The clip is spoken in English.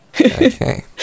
Okay